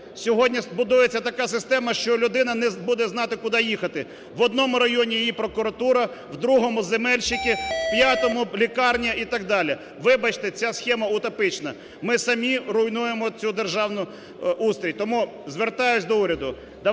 Сьогодні будується така система, що людина не буде знати куди їхати: в одному районні її прокуратура, в другому – земельщики, в п'ятому – лікарня і так далі. Вибачте, ця схема утопічна. Ми самі руйнуємо цей державний устрій. Тому звертаюсь до уряду.